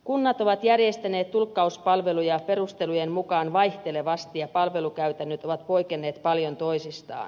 kunnat ovat järjestäneet tulkkauspalveluja perustelujen mukaan vaihtelevasti ja palvelukäytännöt ovat poikenneet paljon toisistaan